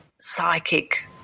psychic